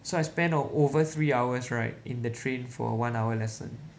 so I spend on over three hours right in the train for one hour lesson